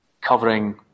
covering